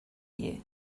you